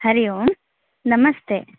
हरि ओम् नमस्ते